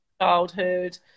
childhood